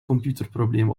computerprobleem